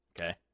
Okay